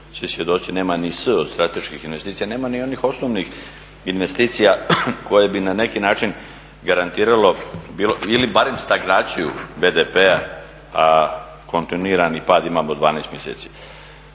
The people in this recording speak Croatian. svi svjedoci, nema ni s od strateških investicija, nema ni onih osnovnih investicija koje bi na neki način garantiralo ili barem stagnaciju BDP-a, a kontinuirani pad imamo 12 mjeseci.